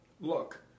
Look